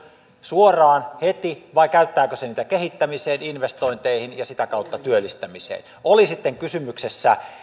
suoraan heti vai käyttääkö se niitä kehittämiseen investointeihin ja sitä kautta työllistämiseen oli sitten kysymyksessä